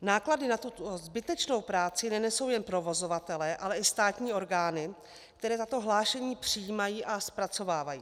Náklady na tuto zbytečnou práci nenesou jen provozovatelé, ale i státní orgány, které tato hlášení přijímají a zpracovávají.